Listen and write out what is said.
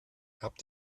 habt